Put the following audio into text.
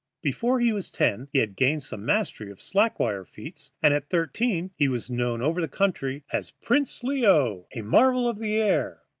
before he was ten he had gained some mastery of slack-wire feats, and at thirteen he was known over the country as prince leo, a marvel of the air,